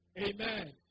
Amen